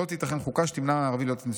לא תיתכן חוקה שתמנע ערבי מלהיות נשיא".